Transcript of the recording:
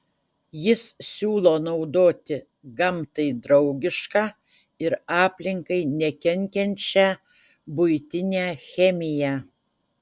jis siūlo naudoti gamtai draugišką ir aplinkai nekenkiančią buitinę chemiją